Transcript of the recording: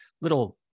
little